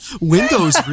Windows